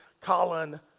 Colin